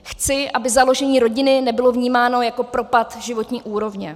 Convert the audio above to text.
Chci, aby založení rodiny nebylo vnímáno jako propad životní úrovně.